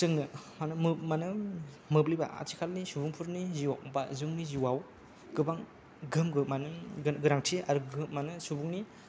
जोंनो मानो मानो मोब्लिबा आथिखालनि सुबुंफोरनि जिउआव बा जोंनि जिउआव गोबां गोहोमबो माने गोनांथि आरो माने सुबुंनि